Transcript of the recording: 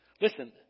listen